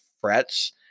frets